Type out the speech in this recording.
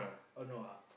oh no lah